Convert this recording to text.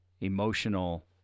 emotional